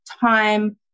time